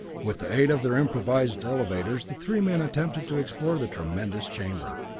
with the aid of their improvised elevators, the three men attempted to explore the tremendous chamber.